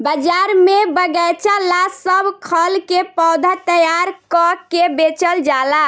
बाजार में बगएचा ला सब खल के पौधा तैयार क के बेचल जाला